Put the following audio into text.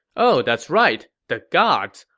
oh that's right, the gods.